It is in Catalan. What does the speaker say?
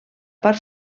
part